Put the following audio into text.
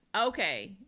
okay